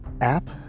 app